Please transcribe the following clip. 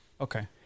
Okay